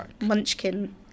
Munchkin